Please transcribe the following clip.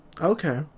Okay